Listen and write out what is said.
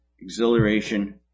exhilaration